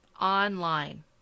online